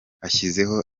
ashyizeho